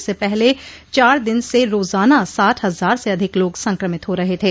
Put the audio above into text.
इससे पहले चार दिन से रोजाना साठ हजार से अधिक लोग सक्रमित हो रहे थे